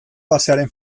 pasearen